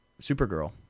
Supergirl